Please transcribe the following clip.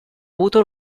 avuto